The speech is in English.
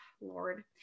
lord